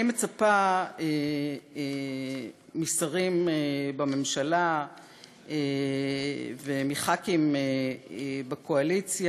אני מצפה משרים בממשלה ומחברי כנסת